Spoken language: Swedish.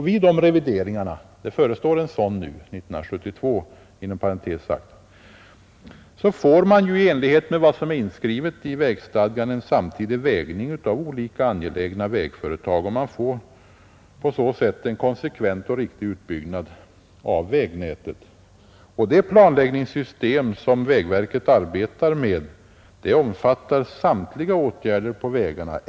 Vid de revideringarna — inom parentes sagt förestår en sådan år 1972 — får man i enlighet med vad som är inskrivet i vägstadgan en samtidig vägning av olika angelägna vägföretag och får på så sätt en konsekvent och riktig utbyggnad av vägnätet. Det planläggningssystem, som vägverket arbetar med, omfattar samtliga åtgärder på vägarna.